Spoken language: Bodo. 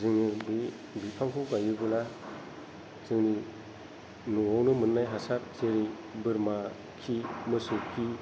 जोंनि बे बिफांखौ गायोब्ला जोंनि न'आवनो मोन्नाय हासार जेरै बोरमा खि मोसौ खि